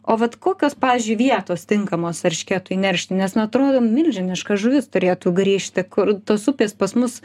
o vat kokios pavyzdžiui vietos tinkamos eršketui neršt nes nu atrodo milžiniška žuvis turėtų grįžti kur tos upės pas mus